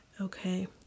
okay